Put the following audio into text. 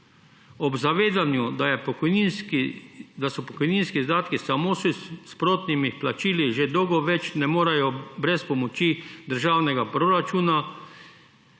Ob zavedanju, da pokojninski izdatki samo s sprotnimi plačili že dolgo več ne morejo brez pomoči državnega proračuna